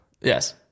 Yes